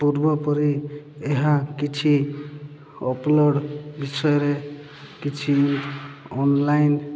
ପୂର୍ବ ପରି ଏହା କିଛି ଅପଲୋଡ଼୍ ବିଷୟରେ କିଛି ଅନଲାଇନ୍